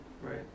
Right